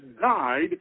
died